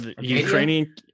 Ukrainian